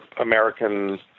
American